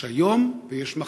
יש היום ויש מחר.